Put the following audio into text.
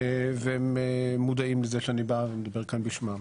והם מודעים לזה שאני בא ומדבר כאן בשמם.